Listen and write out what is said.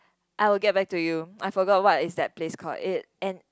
I will get back to you I forgot what is that place called